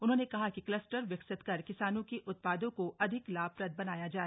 उन्होंने कहा कि कलस्टर विकसित कर किसानों के उत्पादों को अधिक लाभप्रद बनाया जाए